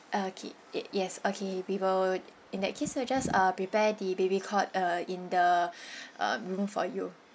okay it yes okay we will in that case we'll just uh prepare the baby cot uh in the um room for you